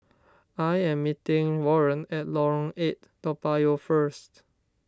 I am meeting Warren at Lorong eight Toa Payoh first